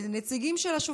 נציגים של השופטת,